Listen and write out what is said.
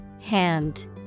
Hand